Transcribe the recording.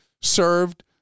served